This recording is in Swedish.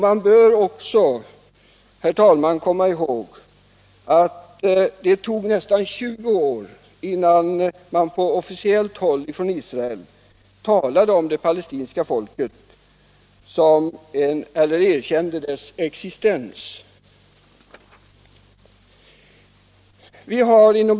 Man bör också, herr talman, komma ihåg att det dröjde nästan 20 år innan officiella israeliska talesmän talade om det palestinska folket, dvs. innan israelerna över huvud taget erkände deras existens.